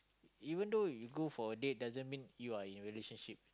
even though you go for a date doesn't mean you are in relationship